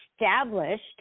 established